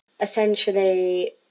essentially